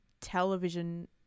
television